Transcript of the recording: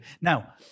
Now